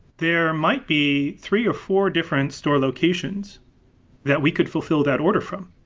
there might be three or four different store locations that we could fulfill that order from.